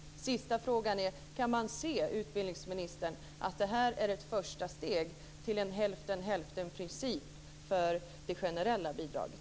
Min sista fråga är: Kan man se, utbildningsministern, att det här är ett första steg till en hälften-hälften-princip för det generella bidraget?